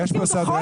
תוציאו את החוק.